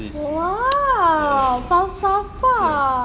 !wow! falsafah